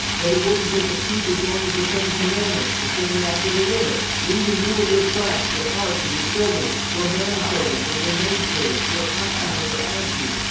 that it wouldn't take a speech as long as the ten commandments to send me off to the river, leaving you and your traps, your ark and your children, your man servants and your maid servants, your oxen and your asses,